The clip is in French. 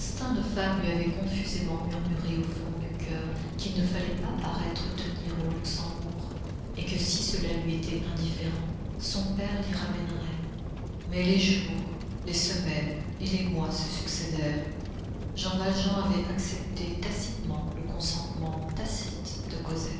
de femme lui avait confusément murmuré au fond du coeur qu'il ne fallait pas paraître tenir au luxembourg et que si cela lui était indifférent son père l'y ramènerait mais les jours les semaines et les mois se succédèrent jean valjean avait accepté tacitement le consentement tacite de